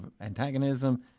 antagonism